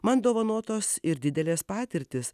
man dovanotos ir didelės patirtys